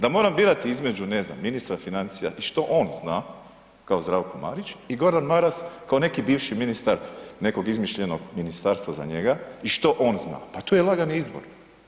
Da moram birati ne znam između ministra financija i što on zna kao Zdravko Marić i Gordan Maras kao neki bivši ministar nekog izmišljenog ministarstva za njega i što on zna, pa to je lagan izbor.